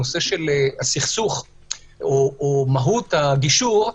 מהות הגישור,